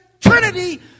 Trinity